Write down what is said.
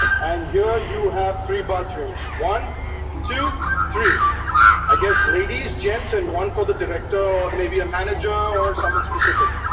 and here you have three bathrooms one two three i guess ladies gents and one for the director or maybe a manager or someone specific